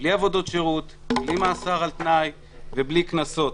בלי עבודות שירות, בלי מאסר על תנאי ובלי קנסות.